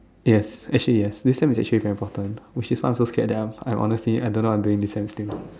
yes actually yes this sem is actually very important which is why I'm so scared that I'm I'm honestly I don't know what I'm doing this sem still